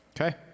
Okay